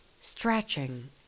stretching